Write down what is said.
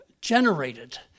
generated